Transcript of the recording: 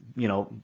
you know,